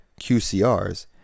QCRs